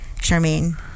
Charmaine